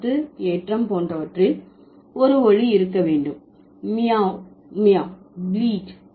விபத்து ஏற்றம் போன்றவற்றில் ஒரு ஒலி இருக்க வேண்டும் மியாவ் மியாவ் ப்ளீட்